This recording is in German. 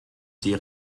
sie